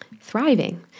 thriving